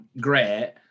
great